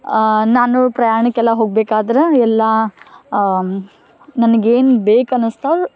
ನಾನು ಪ್ರಯಾಣಕ್ಕೆಲ್ಲ ಹೋಗ್ಬೇಕಾದ್ರೆ ಎಲ್ಲ ನನ್ಗೇನು ಬೇಕು ಅನಸ್ತದೆ